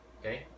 Okay